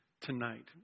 tonight